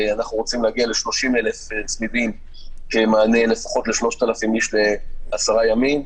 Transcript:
אנחנו רוצים להגיע ל-30,000 צמידים כמענה לפחות ל-3,000 איש בעשרה ימים,